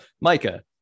Micah